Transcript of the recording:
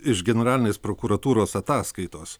iš generalinės prokuratūros ataskaitos